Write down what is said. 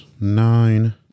nine